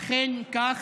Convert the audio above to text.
אכן כך.